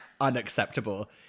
unacceptable